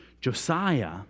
Josiah